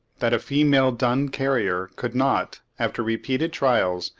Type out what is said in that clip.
that a female dun carrier could not, after repeated trials,